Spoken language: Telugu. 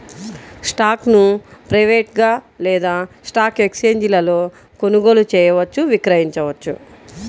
స్టాక్ను ప్రైవేట్గా లేదా స్టాక్ ఎక్స్ఛేంజీలలో కొనుగోలు చేయవచ్చు, విక్రయించవచ్చు